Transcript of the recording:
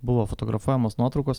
buvo fotografuojamos nuotraukos